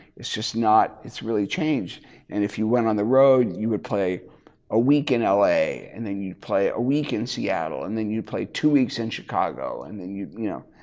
it's just not it's really changed and if you went on the road you would play a week in ah la and then you play a week in seattle and then you play two weeks in chicago and then, you know.